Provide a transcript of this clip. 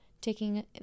Taking